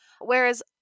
Whereas